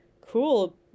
cool